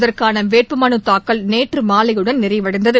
இதற்கானவேட்புமனுதாக்கல் நேற்றுமாலையுடன் நிறைவடைந்தது